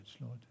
Lord